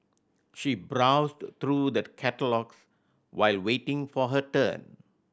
she browsed through the catalogues while waiting for her turn